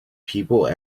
people